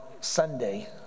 Sunday